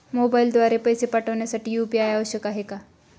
मोबाईलद्वारे पैसे पाठवण्यासाठी यू.पी.आय आवश्यक आहे का?